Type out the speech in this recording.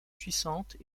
puissante